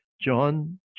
John